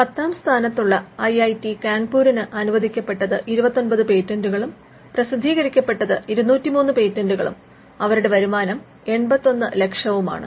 പത്താം സ്ഥാനത്തുള്ള I I T കാൺപൂരിന് അനുവദിക്കപ്പെട്ടത് 29 പേറ്റന്റുകളും പ്രസിദ്ധീകരിക്കപ്പെട്ടത് 203 പേറ്റന്റുകളും അവരുടെ വരുമാനം 81 ലക്ഷവുമാണ്